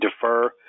defer